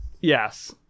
Yes